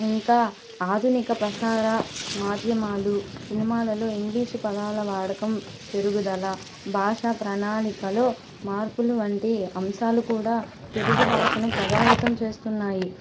ఇంకా ఆధునిక ప్రసార మాధ్యమాలు సినిమాలలో ఇంగ్లీషు పదాల వాడకం పెరుగుదల భాషా ప్రణాళికలో మార్పులు వంటి అంశాలు కూడా తెలుగు భాషను ప్రభావితం చేస్తున్నాయి